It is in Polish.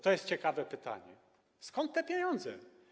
To jest ciekawe pytanie: Skąd będą pieniądze?